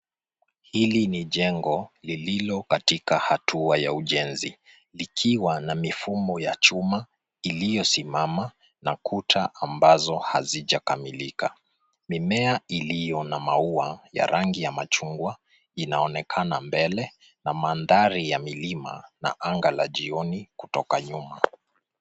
Hili ni jengo lililokatika hatua ya ujenzi, likiwa na mifumo ya chuma iliyosimama na kuta ambazo hazijakamilika. Mimea iliyo na maua ya rangi ya machungwa inaonekana mbele na mandhari ya milima na anga la jioni kutoka nyuma.